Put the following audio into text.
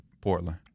Portland